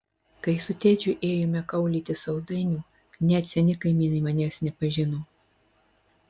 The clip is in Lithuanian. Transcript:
kai su tedžiu ėjome kaulyti saldainių net seni kaimynai manęs nepažino